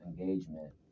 engagement